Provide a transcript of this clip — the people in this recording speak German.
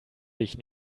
dich